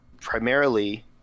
primarily